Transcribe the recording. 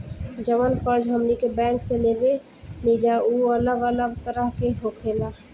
जवन कर्ज हमनी के बैंक से लेवे निजा उ अलग अलग तरह के होखेला